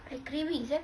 I craving sia